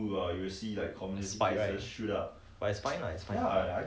like singapore